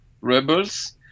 rebels